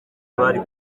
bari